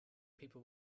people